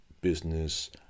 business